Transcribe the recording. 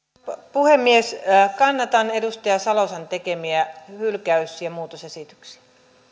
puhemies kannatan edustaja salosen tekemiä hylkäys ja muutosesityksiä